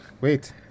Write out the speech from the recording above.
Wait